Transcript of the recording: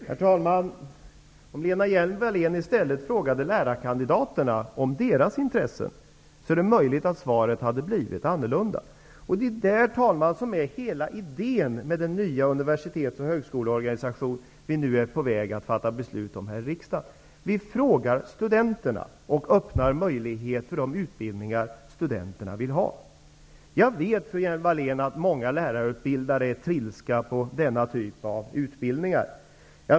Herr talman! Om Lena Hjelm-Wallén i stället hade frågat lärarkandidaterna om deras intresse, är det möjligt att svaret hade blivit annorlunda. Det är hela idén med den nya universitets och högskoleorganisation som vi nu är på väg att fatta beslut om här i riksdagen. Vi frågar studenterna och öppnar möjligheter för de utbildningar som studenterna vill ha. Jag vet, Lena Hjelm-Wallén, att många lärarutbildade är trilskna på denna typ av utbildning.